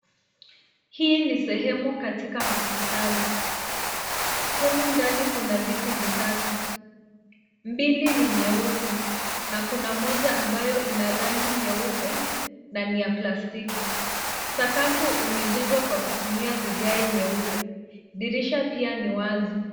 Hii ni sehemu katika hospitali. Humu ndani kuna viti vitatu, mbili ni nyeusi na kuna moja ambayo ina rangi nyeupe na ni ya plastiki. Sakafu imejengwa kwa kutumia vigae nyeupe. Dirisha pia ni wazi.